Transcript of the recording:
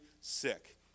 sick